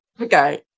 okay